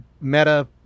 Meta